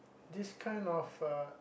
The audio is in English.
this kind of uh